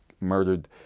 Murdered